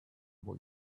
boy